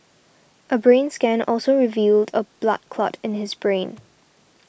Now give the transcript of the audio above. a brain scan also revealed a blood clot in his brain